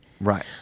Right